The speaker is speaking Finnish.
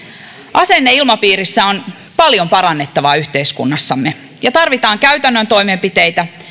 asenneilmapiirissä on paljon parannettavaa yhteiskunnassamme ja tarvitaan käytännön toimenpiteitä